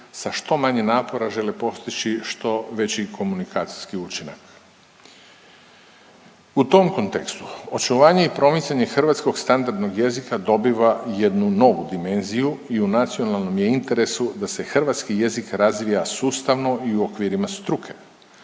sa što manje napora žele postići što veći komunikacijski učinak. U tom kontekstu očuvanje i promicanje hrvatskog standardnog jezika dobiva jednu novu dimenziju i u nacionalnom je interesu da se hrvatski jezik razvija sustavno i u okvirima struke,